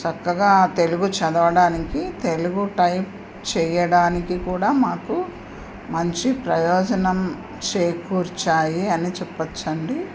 చక్కగా తెలుగు చదవడానికి తెలుగు టైప్ చేయడానికి కూడా మాకు మంచి ప్రయోజనం చేకూర్చాయి అని చెప్పచ్చండి